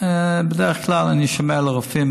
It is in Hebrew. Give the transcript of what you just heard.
בדרך כלל אני שומע לרופאים.